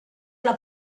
alla